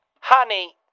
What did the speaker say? Honey